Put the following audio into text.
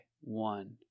one